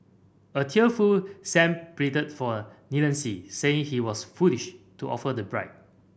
a tearful Sang pleaded for leniency saying he was foolish to offer the bribe